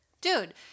dude